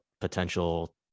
potential